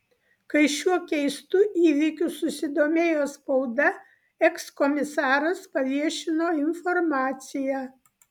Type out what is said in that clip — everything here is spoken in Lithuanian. kai šiuo keistu įvykiu susidomėjo spauda ekskomisaras paviešino informaciją